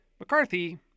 McCarthy